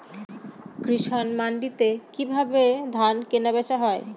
কৃষান মান্ডিতে কি ভাবে ধান কেনাবেচা হয়?